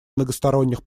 многосторонних